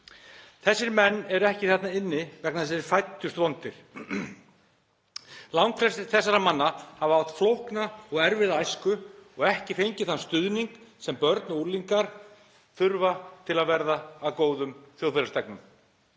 Þessir menn eru ekki þarna inni vegna þess að þeir hafi fæðst vondir. Langflestir þessara manna hafa átt flókna og erfiða æsku og ekki fengið þann stuðning sem börn og unglingar þurfa til að verða að góðum þjóðfélagsþegnum.